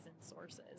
sources